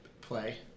play